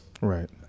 Right